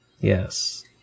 Yes